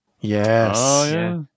Yes